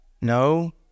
No